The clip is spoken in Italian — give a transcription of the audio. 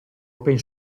open